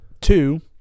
Two